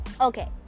okay